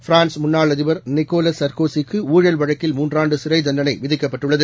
France முன்னாள் அதிபர் Nicolas Sarkozy க்கு ஊழல் வழக்கில் மூன்றாண்டுசிறைத் தண்டனைவிதிக்கப்பட்டுள்ளது